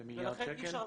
במיליארד שקל?